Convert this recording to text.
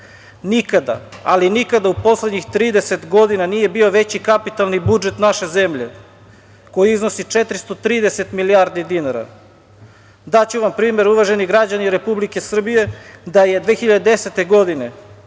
Nikada, ali nikada u poslednjih 30 godina nije bio veći kapitalni budžet naše zemlje koji iznosi 430 milijardi dinara. Daću vam primer, uvaženi građani Republike Srbije, da je 2010. godine